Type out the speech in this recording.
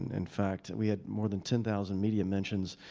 in fact, we had more than ten thousand media mentions.